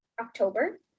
October